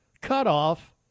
cutoff